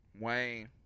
Wayne